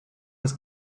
was